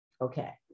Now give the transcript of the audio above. Okay